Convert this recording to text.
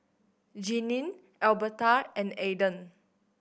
Jeanine Albertha and Aiden